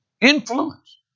influence